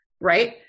Right